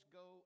go